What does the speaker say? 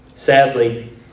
Sadly